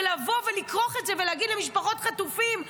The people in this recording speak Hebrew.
לבוא ולכרוך את זה ולהגיד למשפחות חטופים,